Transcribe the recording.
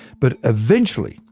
but eventually,